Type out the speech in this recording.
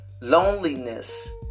loneliness